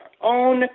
own